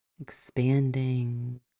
expanding